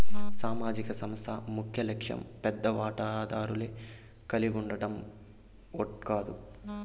సామాజిక సంస్థ ముఖ్యలక్ష్యం పెద్ద వాటాదారులే కలిగుండడం ఓట్ కాదు